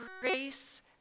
grace